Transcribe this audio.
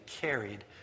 carried